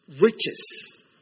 riches